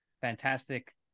fantastic